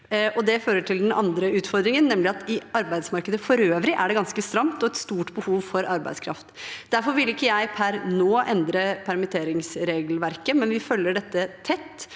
Det fører til den andre utfordringen, nemlig at i arbeidsmarkedet for øvrig er det ganske stramt og et stort behov for arbeidskraft. Derfor vil ikke jeg per nå endre permitteringsregelverket, men vi følger dette tett